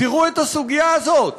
תראו את הסוגיה הזאת